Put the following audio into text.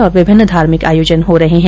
और विभिन्न धार्मिक आयोजन हो रहे है